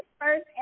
first